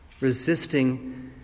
resisting